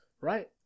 right